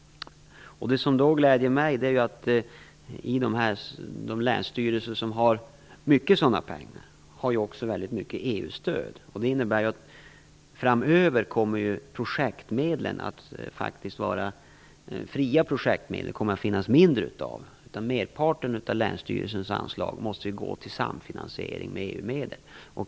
Det som då gläder mig är att de länsstyrelser som har mycket sådana pengar också har mycket EU-stöd. Det innebär att det framöver kommer att finnas mindre av de fria projektmedlen. Merparten av länsstyrelsens anslag måste ju gå till samfinansiering med EU medel.